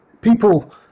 people